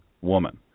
woman